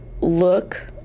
look